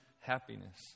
happiness